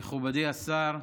אדוני היושב-ראש, מכובדי השר,